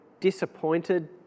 disappointed